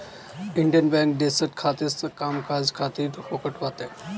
Indian Bank देस के सरकारी काम काज खातिर होत बाटे